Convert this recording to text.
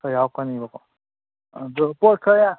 ꯈꯔ ꯌꯥꯎꯔꯛꯀꯅꯤꯕꯀꯣ ꯑꯗꯨ ꯄꯣꯠ ꯈꯔ